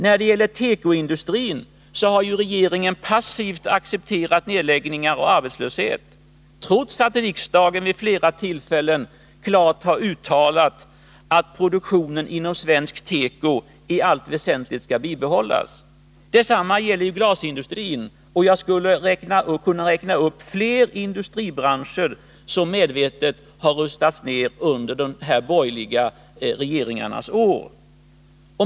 När det gäller tekoindustrin har regeringen accepterat nedläggningar och arbetslöshet, trots att riksdagen vid flera tillfällen klart har uttalat att produktionen inom svensk teko i allt väsentligt skall bibehållas. Detsamma gäller glasindustrin. Jag skulle kunna räkna upp fler industribranscher som medvetet har rustats ner under de här borgerliga regeringarnas år.